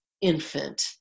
infant